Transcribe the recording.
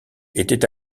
étaient